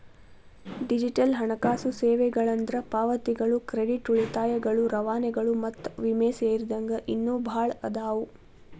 digital ಹಣಕಾಸು ಸೇವೆಗಳಂದ್ರ ಪಾವತಿಗಳು ಕ್ರೆಡಿಟ್ ಉಳಿತಾಯಗಳು ರವಾನೆಗಳು ಮತ್ತ ವಿಮೆ ಸೇರಿದಂಗ ಇನ್ನೂ ಭಾಳ್ ಅದಾವ